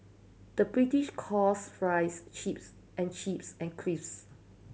the British calls fries chips and chips and crisps